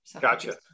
Gotcha